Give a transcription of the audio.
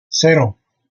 cero